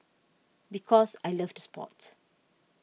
because I loved the sport